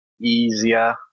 easier